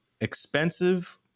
expensive